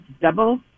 double